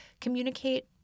communicate